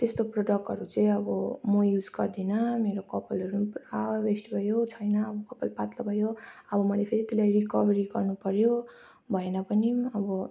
त्यस्तो प्रडक्टहरू चाहिँ अब म युज गर्दिनँ मेरो कपालहरू पुरा वेस्ट भयो छैन कपाल पातलो भयो अब मैले फेरि त्यसलाई रिकभरी गर्नु पर्यो भएन पनि अब